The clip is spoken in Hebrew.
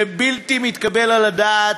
זה בלתי מתקבל על הדעת,